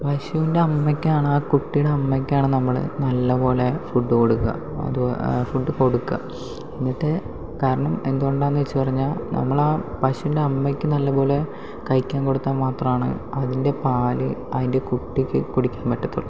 പശുവിൻ്റെ അമ്മയ്ക്കാണ് ആ കുട്ടിയുടെ അമ്മയ്ക്കാണ് നമ്മള് നല്ലപോലെ ഫുഡ് കൊടുക്കുക അത് ഫുഡ് കൊടുക്കുക എന്നിട്ട് കാരണം എന്തുകൊണ്ടാണെന്ന് വെച്ച് പറഞ്ഞാൽ നമ്മൾ ആ പശുവിൻ്റെ അമ്മയ്ക്ക് നല്ലപോലെ കഴിക്കാൻ കൊടുത്താൽ മാത്രമാണ് അതിൻ്റെ പാല് അതിൻ്റെ കുട്ടിക്ക് കുടിക്കാൻ പറ്റള്ളൂ